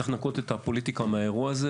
צריך לנקות את הפוליטיקה מהנושא הזה,